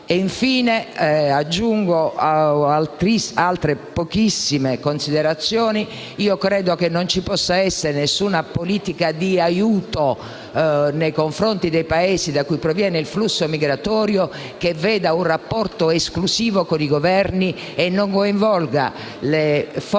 infine, altre pochissime considerazioni. Credo non vi possa essere alcuna politica di aiuto nei confronti dei Paesi da cui il flusso migratorio proviene che veda un rapporto esclusivo con i Governi e non coinvolga le forze,